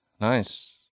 Nice